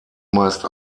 meist